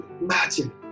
imagine